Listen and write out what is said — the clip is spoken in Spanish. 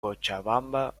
cochabamba